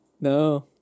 No